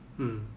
mm